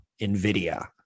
NVIDIA